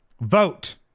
Vote